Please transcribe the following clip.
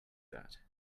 that